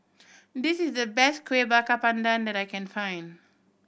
this is the best Kuih Bakar Pandan that I can find